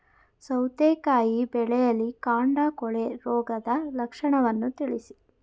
ಸೌತೆಕಾಯಿ ಬೆಳೆಯಲ್ಲಿ ಕಾಂಡ ಕೊಳೆ ರೋಗದ ಲಕ್ಷಣವನ್ನು ತಿಳಿಸಿ?